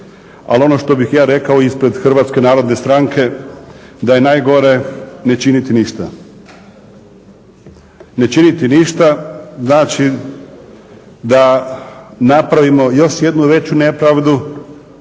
ali ono što bih ja rekao ispred HNS, da je najgore ne činiti ništa. Ne činiti ništa, znači da napravimo još jednu veću nepravdu